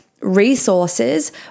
resources